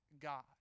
God